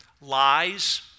lies